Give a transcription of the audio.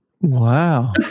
Wow